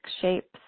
shapes